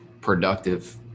productive